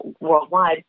worldwide